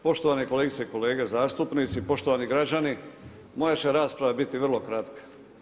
Poštovane kolegice i kolege zastupnici, poštovani građani, moja će rasprava biti vrlo kratka.